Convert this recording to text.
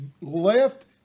left